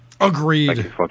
Agreed